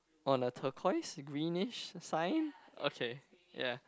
on the turquoise greenish sign okay ya